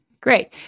Great